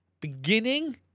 beginning